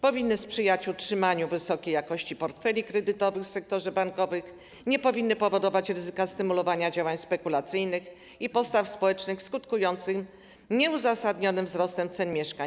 Powinny one sprzyjać utrzymaniu wysokiej jakości portfeli kredytowych w sektorze bankowym, nie powinny powodować ryzyka stymulowania działań spekulacyjnych i postaw społecznych skutkujących nieuzasadnionym wzrostem cen mieszkań.